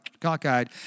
cockeyed